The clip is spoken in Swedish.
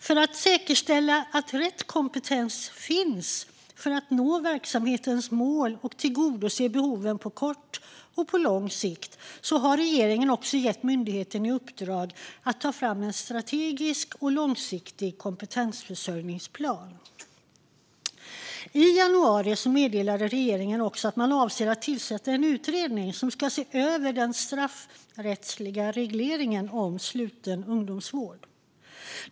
För att säkerställa att rätt kompetens finns så att man kan nå verksamhetens mål och tillgodose behoven på kort och lång sikt har regeringen gett myndigheten i uppdrag att ta fram en strategisk och långsiktig kompetensförsörjningsplan. I januari meddelade regeringen att man avser att tillsätta en utredning som ska se över den straffrättsliga regleringen om sluten ungdomsvård.